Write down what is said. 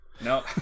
No